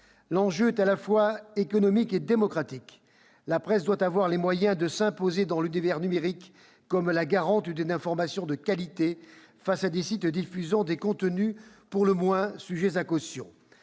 L'enjeu est à la fois économique et démocratique : la presse doit avoir les moyens de s'imposer dans l'univers numérique comme la garante d'une information de qualité face à des sites diffusant des contenus pour le moins sujets à caution.